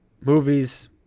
movies